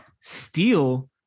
Steal